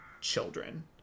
children